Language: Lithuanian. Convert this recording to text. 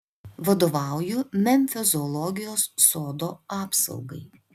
vadovauju memfio zoologijos sodo apsaugai